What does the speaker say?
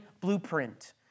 blueprint